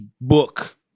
book